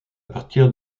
partir